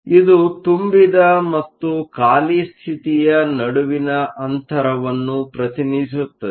ಇದು ತುಂಬಿದ ಮತ್ತು ಖಾಲಿ ಸ್ಥಿತಿಯ ನಡುವಿನ ಅಂತರವನ್ನು ಪ್ರತಿನಿಧಿಸುತ್ತದೆ